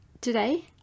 today